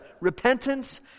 repentance